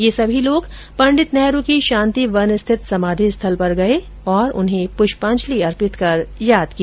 ये सभी लोग पंडित नेहरू की शांति वन स्थित समाधि स्थल पर गए और उन्हें पुष्पाजंलि अर्पित कर याद किया